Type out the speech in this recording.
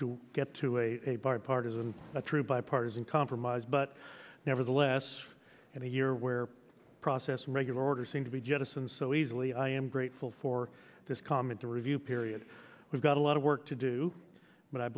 to get to a bipartisan a true bipartisan compromise but nevertheless and a year where process regular order seem to be jettisoned so easily i am grateful for this comment to review period we've got a lot of work to do but i